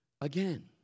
again